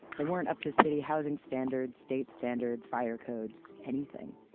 they weren't up to city housing standards, state standards, fire codes, anything.